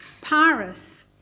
Paris